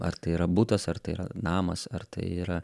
ar tai yra butas ar tai yra namas ar tai yra